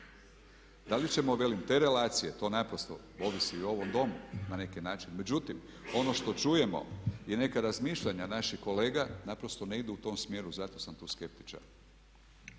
Da li ćemo velim te relacije, to naprosto ovisi i ovom domu na neki način, međutim ono što čujemo i neka razmišljanja naših kolega naprosto ne idu u tom smjeru zato sam tu skeptičan.